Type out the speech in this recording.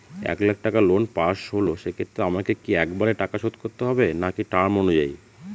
এক লাখ টাকা loan pass হল সেক্ষেত্রে আমাকে কি একবারে টাকা শোধ করতে হবে নাকি টার্ম অনুযায়ী?